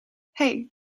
hey